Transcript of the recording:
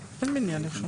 אין מניעה לרשום.